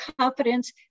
confidence